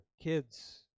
kids